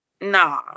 Nah